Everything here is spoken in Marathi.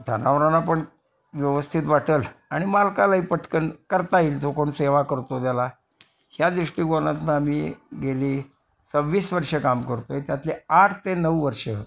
जनावरांना पण व्यवस्थित वाटेल आणि मालकालाही पटकन करता येईल जो कोण सेवा करतो त्याला ह्या दृष्टीकोनातनं आम्ही गेली सव्वीस वर्ष काम करतो आहे त्यातले आठ ते नऊ वर्ष